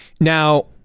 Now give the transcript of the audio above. Now